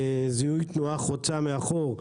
זיהוי תנועה חוצה מאחור.